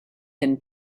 can